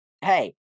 Hey